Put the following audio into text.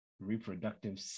reproductive